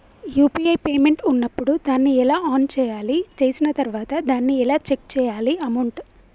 UPI payment ఉన్నప్పుడు దాన్ని ఎలా ఆన్ చేయాలి? చేసిన తర్వాత దాన్ని ఎలా చెక్ చేయాలి అమౌంట్?